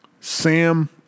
sam